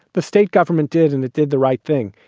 the state government did and it did the right thing.